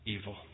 evil